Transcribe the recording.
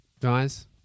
Guys